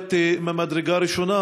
הומניטרית ממדרגה ראשונה.